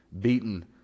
beaten